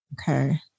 Okay